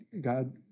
God